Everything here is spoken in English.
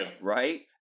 Right